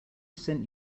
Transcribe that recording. sent